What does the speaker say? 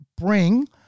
bring